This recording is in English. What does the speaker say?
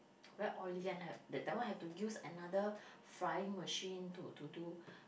very oily and like that that one have to use another frying machine to to do